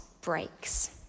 breaks